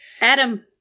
Adam